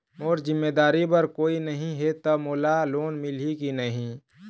मोर जिम्मेदारी बर कोई नहीं हे त मोला लोन मिलही की नहीं?